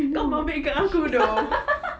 kau babitkan aku though